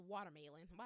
Watermelon